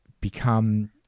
become